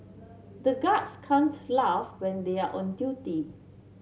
the guards can't laugh when they are on duty